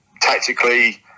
Tactically